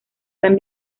tan